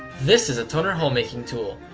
this is a toner holemaking tool.